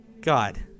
God